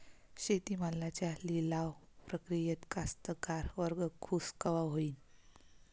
शेती मालाच्या लिलाव प्रक्रियेत कास्तकार वर्ग खूष कवा होईन?